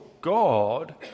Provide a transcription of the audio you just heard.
God